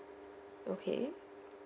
okay